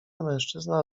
mężczyzna